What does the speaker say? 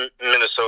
Minnesota